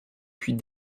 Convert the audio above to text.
puis